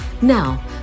Now